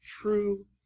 true